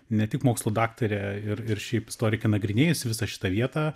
ne tik mokslų daktarė ir ir šiaip istorikė nagrinėjusi visą šitą vietą